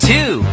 Two